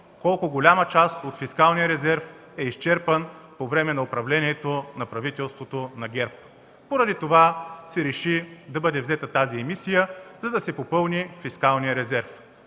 колко голяма част от фискалния резерв е изчерпан по време на управлението на правителството на ГЕРБ. Поради това се реши да бъде взета тази емисия, за да се попълни фискалният резерв.